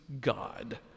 God